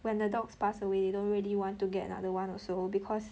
when the dogs pass away they don't really want to get another one also because